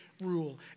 rule